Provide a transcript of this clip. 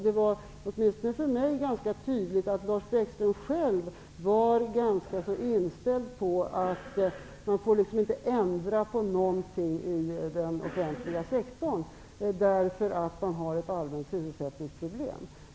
Det var, åtminstone för mig, ganska tydligt att Lars Bäckström själv var ganska inställd på att man liksom inte får ändra på någonting i den offentliga sektorn, därför att man har ett allvarligt sysselsättningsproblem.